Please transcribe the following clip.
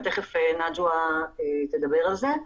נג'ואה תדבר על זה.